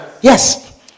Yes